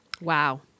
Wow